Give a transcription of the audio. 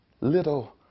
little